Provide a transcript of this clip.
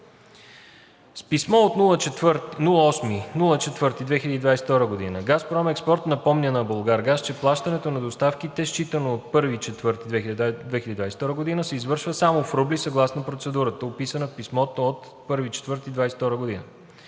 С писмо от 8 април 2022 г. ООО „Газпром Експорт“ напомня на „Булгаргаз“, че плащането на доставките считано от 1 април 2022 г. се извършва само в рубли съгласно процедурата, описана в писмото от 1 април 2022 г.